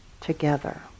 together